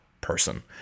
person